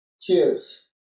Cheers